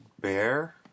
Bear